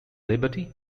liberty